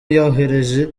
yohereje